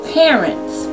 parents